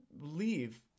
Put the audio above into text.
leave